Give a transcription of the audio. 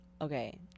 Okay